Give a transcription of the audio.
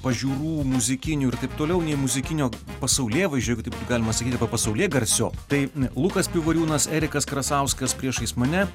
pažiūrų muzikinių ir taip toliau nei muzikinio pasaulėvaizdžio galima sakyti arba papasaulėgarsio tai lukas pivoriūnas erikas krasauskas priešais mane